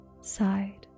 side